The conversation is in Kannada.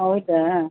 ಹೌದಾ